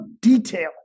detail